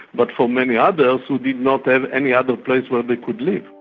but for many others who did not have any other place where they could live.